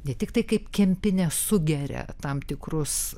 ne tiktai kaip kempinė sugeria tam tikrus